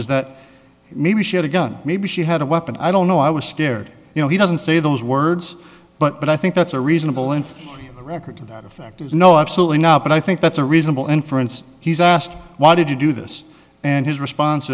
is that maybe she had a gun maybe she had a weapon i don't know i was scared you know he doesn't say those words but i think that's a reasonable length record to that effect is no absolutely not but i think that's a reasonable inference he's asked why did you do this and his response